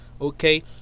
okay